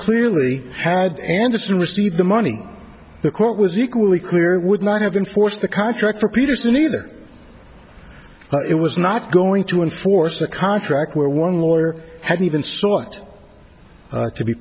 clearly had andersen received the money the court was equally clear would not have enforced the contract for peterson either but it was not going to enforce the contract where one lawyer hadn't even sought to be